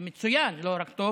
זה מצוין, לא רק טוב,